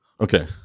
Okay